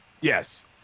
Yes